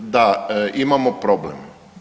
Da, imamo problem.